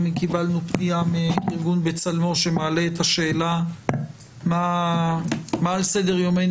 קיבלנו גם פנייה מארגון בצלמו שמעלה את השאלה מה על סדר-יומנו